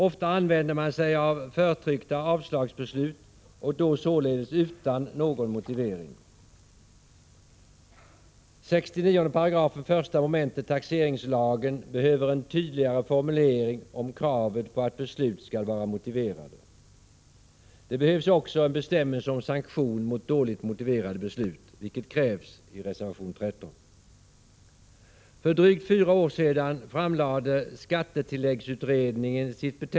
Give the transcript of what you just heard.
Ofta använder man sig av förtryckta avslagsbeslut, således utan någon motivering. 69 § 1 mom. taxeringslagen behöver en tydligare formulering om kravet på att beslut skall vara motiverade. Det behövs också en bestämmelse om sanktion mot dåligt motiverade beslut, vilket krävs i reservation 13. För drygt fyra år sedan framlade skattetilläggsutredningen sitt betänkan .